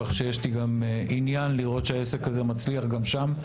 כך שיש לי גם עניין לראות שהעסק הזה מצליח גם שם.